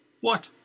What